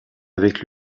avec